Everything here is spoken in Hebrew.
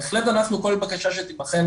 בהחלט אנחנו כל בקשה שתיבחן,